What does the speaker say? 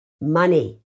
money